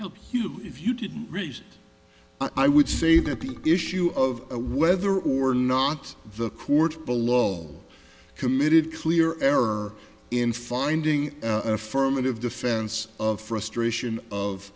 help you if you didn't raise i would say that the issue of whether or not the court below committed clear error in finding an affirmative defense of frustration of